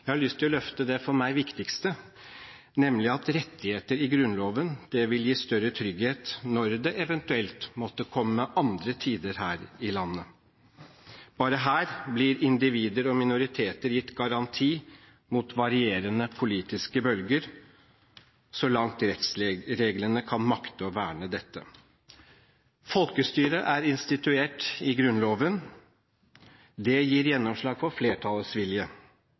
jeg har lyst til å løfte det for meg viktigste, nemlig at rettigheter i Grunnloven vil gi større trygghet når det eventuelt måtte komme andre tider her i landet. Bare her blir individer og minoriteter gitt garanti mot varierende politiske bølger, så langt rettsreglene kan makte å verne dette. Folkestyret er instituert i Grunnloven, det gir gjennomslag for flertallets vilje.